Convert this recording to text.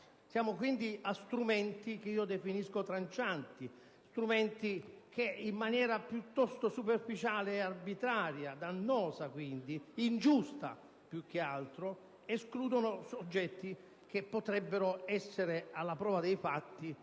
Siamo quindi a strumenti che io definisco trancianti, strumenti che in maniera piuttosto superficiale e arbitraria, dannosa quindi, ingiusta più che altro, escludono soggetti che potrebbero essere alla prova dei fatti